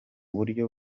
buryo